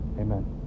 Amen